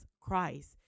christ